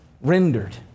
rendered